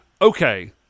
okay